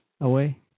away